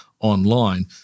online